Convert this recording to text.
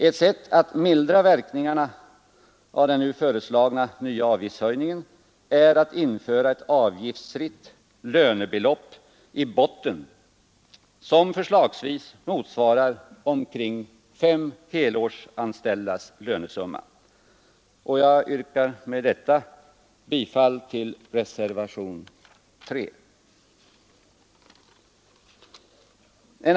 Ett sätt att mildra verkningarna av den nu föreslagna nya avgiftshöjningen är att införa ett avgiftsfritt lönebelopp i botten som förslagsvis motsvarar omkring fem helårsanställdas lönesumma. Jag yrkar med detta bifall till reservationen 3.